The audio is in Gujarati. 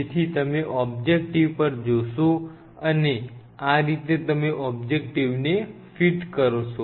તેથી તમે ઓબ્જેક્ટીવ પર જોશો અને આ રીતે તમે ઓબ્જેક્ટીવને ફિટ કરશો